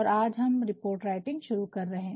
और आज हम रिपोर्ट राइटिंग शुरू कर रहे हैं